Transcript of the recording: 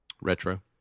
retro